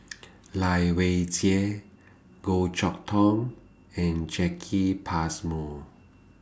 Lai Weijie Goh Chok Tong and Jacki Passmore